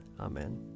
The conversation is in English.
Amen